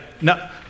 no